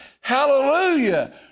Hallelujah